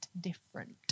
different